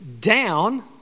down